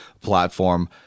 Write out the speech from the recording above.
platform